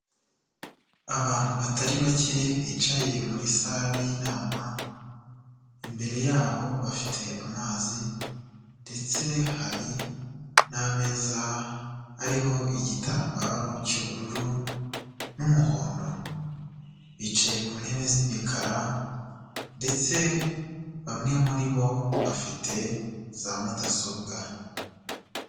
Abantu batari bake bicaye muri sare y'inama, imbere yabo bafite amazi ndetse hari n'ameza ariho igitambaro cy'ubururu n'umuhondo, bicaye ku ntebe z'imikara ndetse bamwe muri bo bafite za mudasobwa.